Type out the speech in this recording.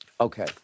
Okay